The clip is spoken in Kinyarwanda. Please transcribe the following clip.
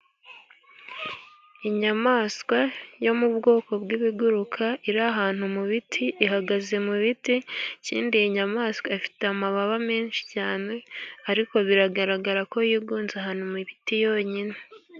Inyamaswa yo mu bwoko bw'ibiguruka iri ahantu mu biti, ihagaze mu biti, ikindi iyi nyamaswa ifite amababa menshi cyane, ariko biragaragara ko yigunze ahantu mu ibiti yonyine.